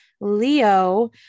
Leo